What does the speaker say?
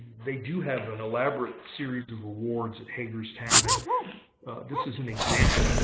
they do have an elaborate series of awards at hagerstown. and this is an example.